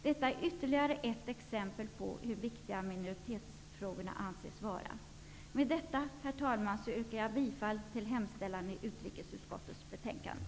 Detta är ytterligare ett exempel på hur viktiga minoritetsfrågorna anses vara. Med detta, herr talman, yrkar jag bifall till hemställan i utrikesutskottets betänkande.